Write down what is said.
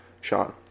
Sean